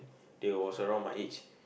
they was around my age